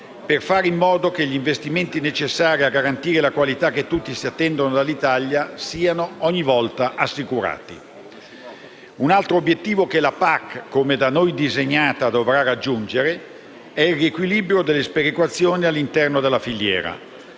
per fare in modo che gli investimenti necessari a garantire la qualità che tutti si attendono dall'Italia siano ogni volta assicurati. Un altro obiettivo che la PAC, come da noi disegnata, dovrà raggiungere è il riequilibrio delle sperequazioni all'interno della filiera.